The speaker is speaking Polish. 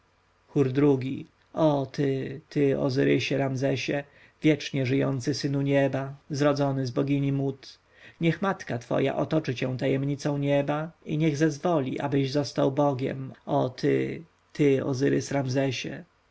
ii o ty ty ozyrys-ramzesie wiecznie żyjący synu nieba zrodzony z bogini nut niech matka twoja otoczy cię tajemnicą nieba i niech zezwoli abyś został bogiem o ty ty ozyrys-ramzesie a